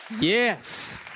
Yes